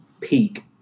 peak